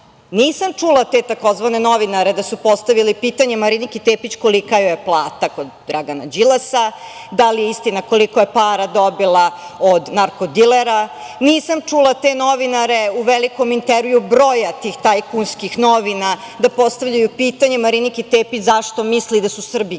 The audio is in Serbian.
Nisam čula te tzv. novinare da su postavili pitanje Mariniki Tepić kolika joj je plata kod Dragana Đilasa, da li je istina koliko je para dobila od narko-dilera, nisam čula te novinare u velikom intervjuu broja tih tajkunskih novina da postavljaju pitanje Mariniki Tepić zašto misli da su Srbi genocidan